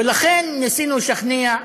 ולכן, ניסינו לשכנע,